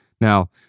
Now